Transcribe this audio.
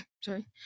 Sorry